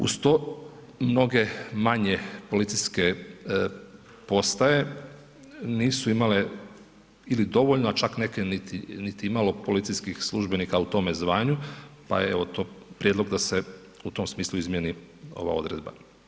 Uz to, mnoge manje policijske postaje nisu imale ili dovoljno, a čak neke niti malo policijskih službenika u tome zvanju, pa evo to, prijedlog da se u tom smislu izmijeni ova odredba.